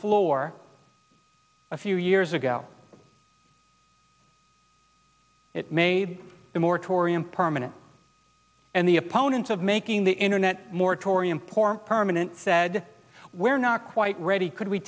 floor a few years ago it made the moratorium permanent and the opponents of making the internet moratorium permanent said we're not quite ready could we